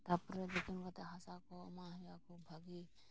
ᱛᱟᱨᱯᱚᱨᱮ ᱡᱚᱛᱚᱱ ᱠᱟᱛᱮ ᱦᱟᱥᱟ ᱠᱚ ᱮᱢᱟᱜ ᱦᱩᱭᱩᱜᱼᱟ ᱠᱷᱩᱵ ᱵᱷᱟᱹᱜᱤ